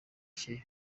bike